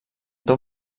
tot